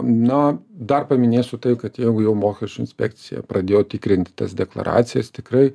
na dar paminėsiu tai kad jeigu jau mokesčių inspekcija pradėjo tikrinti tas deklaracijas tikrai